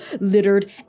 littered